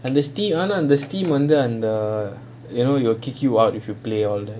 அந்த வேணாம் அந்த:antha venaam antha stream வந்து அந்த:vanthu antha and the you know will kick you out when you play all that